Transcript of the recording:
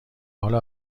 حال